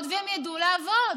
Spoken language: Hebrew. הסמכויות והם ידעו לעבוד.